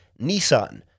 Nissan